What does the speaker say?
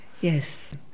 Yes